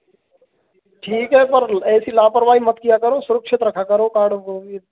ठीक है पर ऐसी लापरवाही मत किया करो सुरक्षित रखा करो कार्ड को भी